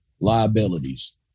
liabilities